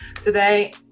Today